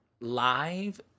live